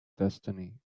destiny